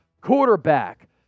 quarterback